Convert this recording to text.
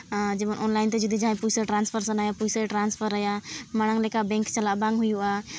ᱡᱮᱢᱚᱱ ᱚᱱᱞᱟᱭᱤᱱ ᱛᱮ ᱡᱩᱫᱤ ᱡᱟᱦᱟᱸᱭ ᱯᱚᱭᱥᱟ ᱴᱨᱟᱱᱥᱯᱷᱟᱨ ᱥᱟᱱᱟᱭᱮᱭᱟ ᱯᱚᱭᱥᱟᱭ ᱴᱨᱟᱱᱥᱯᱷᱟᱨ ᱟᱭᱟ ᱢᱟᱲᱟᱝ ᱞᱮᱠᱟ ᱵᱮᱝᱠ ᱪᱟᱞᱟᱜ ᱵᱟᱝ ᱦᱩᱭᱩᱜᱼᱟ